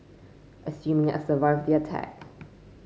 assuming I survived the attack